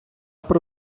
про